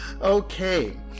Okay